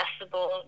accessible